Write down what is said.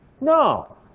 No